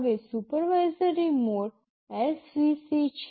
હવે supervisory mode svc છે